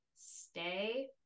stay